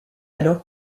alors